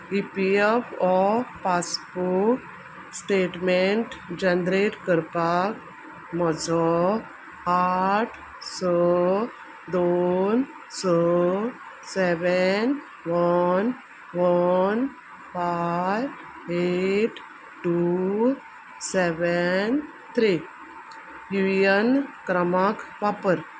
E P F O passbook statement generate करपाक म्हजो आठ स दोन स seven one one five eight two seven three U N क्रमांक वापर